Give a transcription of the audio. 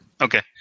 Okay